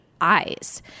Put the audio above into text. eyes